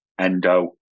Endo